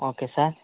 okay sir